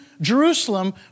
Jerusalem